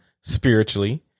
spiritually